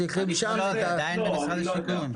היא עדיין במשרד השיכון.